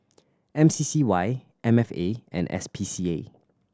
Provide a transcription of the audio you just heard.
M C C Y M F A and S P C A